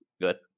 good